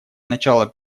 начало